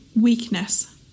weakness